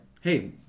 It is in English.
hey